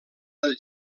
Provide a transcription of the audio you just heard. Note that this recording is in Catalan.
del